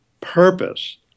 purpose